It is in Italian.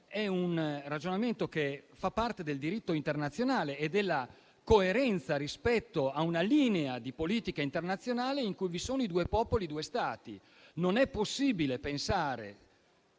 ragionamento fa parte del diritto internazionale e della coerenza rispetto a una linea di politica internazionale in cui vi sono due popoli e due Stati. Signora Presidente